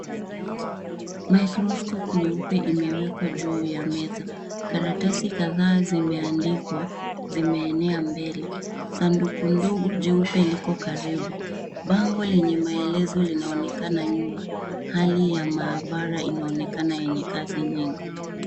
Microscope nyeupe inaonekana meza. Karatasi kadhaa zimeandikwa zimeenea mbele. Sanduku ndogo jeupe lipo karibu. Bango lenye maelezo linaoonekana nyuma. Hali ya maabara inaonekana yenye kazi nyingi.